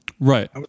Right